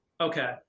okay